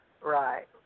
Right